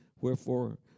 wherefore